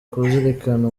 kuzirikana